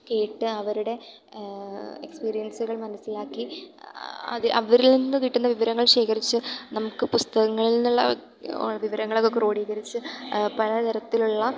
കേട്ട് അവരുടെ എക്സ്പീരിയൻസുകൾ മനസ്സിലാക്കി അവരിൽനിന്ന് കിട്ടുന്ന വിവരങ്ങൾ ശേഖരിച്ച് നമുക്ക് പുസ്തകങ്ങളിൽനിന്നുള്ള വിവരങ്ങളൊക്കെ ക്രോഡീകരിച്ച് പല തരത്തിലുള്ള